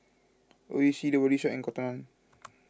Oishi the Body Shop and Cotton on